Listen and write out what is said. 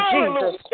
Jesus